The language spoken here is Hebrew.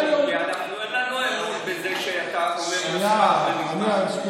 כי אנחנו נתנו אמון בזה שאתה אומר מספר ונגמר.